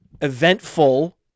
eventful